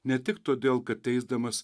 ne tik todėl kad teisdamas